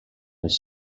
les